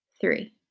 three